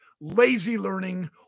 lazy-learning